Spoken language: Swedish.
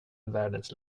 världens